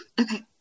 okay